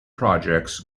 projects